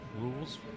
rules